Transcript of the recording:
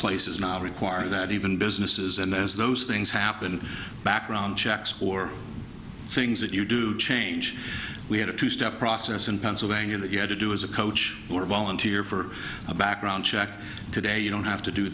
places now require that even businesses and as those things happen background checks or things that you do change we had a two step process in pennsylvania that you had to do as a coach or volunteer for a background check today you don't have to do